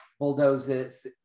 bulldozes